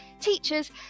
teachers